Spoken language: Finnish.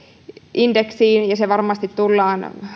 indeksiin ja se varmasti tullaan